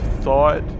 thought